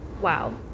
wow